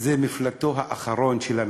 מפלטו האחרון של הנבל.